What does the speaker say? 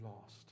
lost